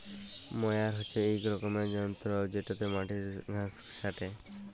ময়ার হছে ইক রকমের যল্তর যেটতে মাটির ঘাঁস ছাঁটে